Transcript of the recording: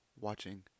watching